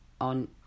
on